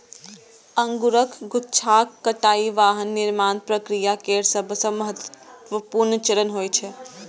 अंगूरक गुच्छाक कटाइ वाइन निर्माण प्रक्रिया केर सबसं महत्वपूर्ण चरण होइ छै